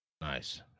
Nice